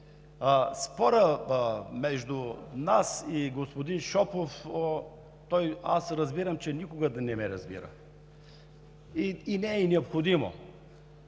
спорът между нас и господин Шопов – разбирам, че той никога не ме разбира и не е необходимо.